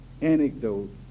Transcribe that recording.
anecdote